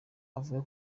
avuga